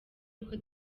uko